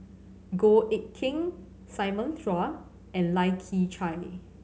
Goh Eck Kheng Simon Chua and Lai Kew Chai